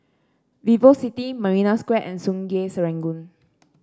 Vivo City Marina Square and Sungei Serangoon